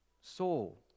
soul